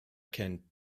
kennt